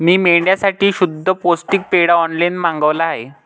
मी मेंढ्यांसाठी शुद्ध पौष्टिक पेंढा ऑनलाईन मागवला आहे